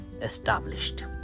established